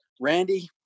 Randy